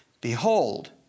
Behold